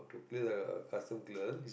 clear the custom clear